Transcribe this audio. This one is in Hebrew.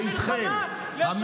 ואיתכם,